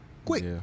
Quick